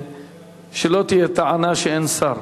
ושלא תהיה טענה שאין שר.